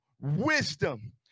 wisdom